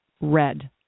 red